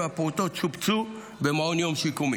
והפעוטות שובצו במעון יום שיקומי.